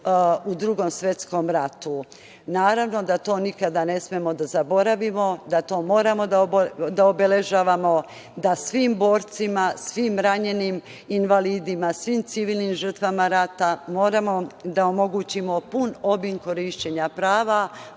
u Drugom svetskom ratu. Naravno da to nikada ne smemo da zaboravimo, da to moramo da obeležavamo da svim borcima, svim ranjenima, svim invalidima, svim civilnim žrtvama rata moramo da omogućimo pun obim korišćenja prava.